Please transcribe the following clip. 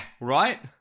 right